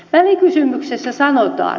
välikysymyksessä sanotaan